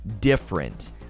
different